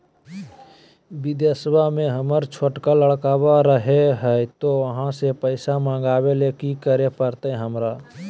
बिदेशवा में हमर छोटका लडकवा रहे हय तो वहाँ से पैसा मगाबे ले कि करे परते हमरा?